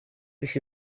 sich